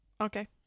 Okay